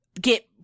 get